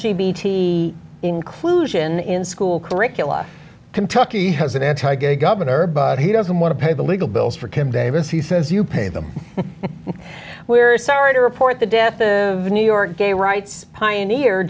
g b t inclusion in school curricula kentucky has an anti gay governor but he doesn't want to pay the legal bills for kim davis he says you pay them we're sorry to report the death of new york gay rights pioneer